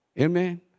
Amen